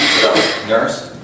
nurse